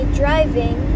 driving